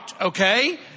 Okay